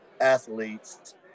athletes